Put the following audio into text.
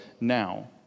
now